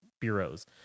bureaus